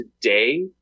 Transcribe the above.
today